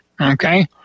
Okay